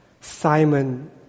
Simon